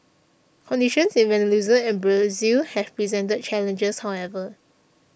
conditions in Venezuela and Brazil have presented challenges however